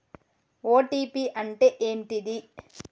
OTP అంటే ఏంటిది?